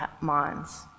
minds